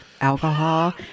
alcohol